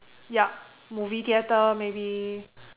yup movie theater maybe